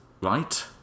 right